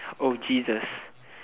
oh jesus